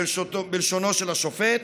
בלשונו של השופט.